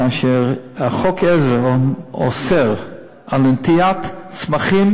כאשר חוק העזר אוסר נטיעת צמחים